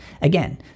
Again